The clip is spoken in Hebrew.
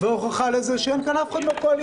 ההוכחה לזה היא שאין כאן אף אחד מהקואליציה.